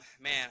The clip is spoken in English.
man